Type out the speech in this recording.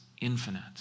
infinite